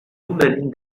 woman